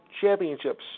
championships